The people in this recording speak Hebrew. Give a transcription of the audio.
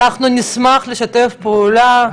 אנחנו נשמח לשתף פעולה.